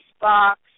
box